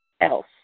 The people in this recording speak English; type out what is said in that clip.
else